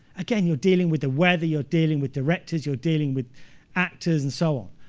again, you're dealing with the weather, you're dealing with directors, you're dealing with actors and so on.